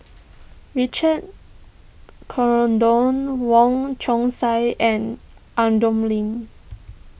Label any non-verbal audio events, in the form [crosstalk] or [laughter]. [noise] Richard Corridon Wong Chong Sai and [unintelligible] Lim